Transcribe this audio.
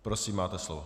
Prosím, máte slovo.